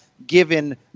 Given